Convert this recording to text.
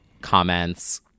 comments